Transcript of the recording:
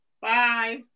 Bye